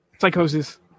Psychosis